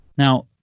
Now